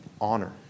honor